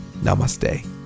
namaste